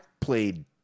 played